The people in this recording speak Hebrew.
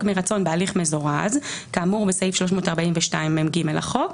מרצון בהליך מזורז כאמור בסעיף 342מג לחוק,